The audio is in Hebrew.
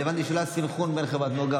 הבנתי שלא היה סנכרון עם חברת נגה,